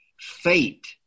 Fate